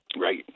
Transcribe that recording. Right